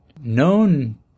Known